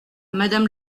madame